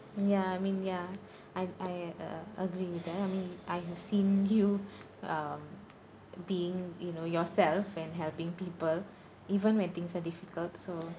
ya I mean ya I I uh agree with that I mean I have seen you um being you know yourself and helping people even when things are difficult so